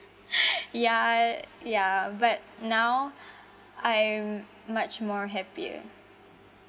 ya ya but now I'm much more happier